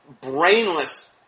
brainless